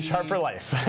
ah ah for life.